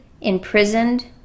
imprisoned